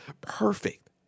perfect